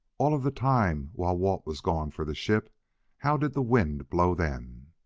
all of the time while walt was gone for the ship how did the wind blow then?